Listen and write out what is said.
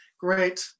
Great